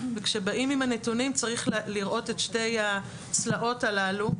כשבאים עם הנתונים צריך לראות את שתי הצלעות הללו,